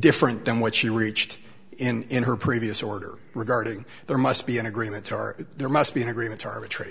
different than what she reached in her previous order regarding there must be an agreement or there must be an agreement to arbitra